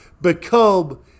become